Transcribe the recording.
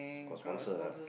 got sponsor ah